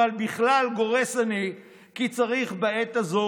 אבל בכלל גורס אני כי צריך בעת הזו